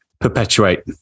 perpetuate